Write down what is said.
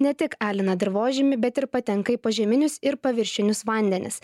ne tik alina dirvožemį bet ir patenka į požeminius ir paviršinius vandenis